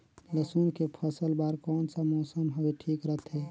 लसुन के फसल बार कोन सा मौसम हवे ठीक रथे?